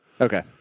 Okay